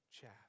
chaff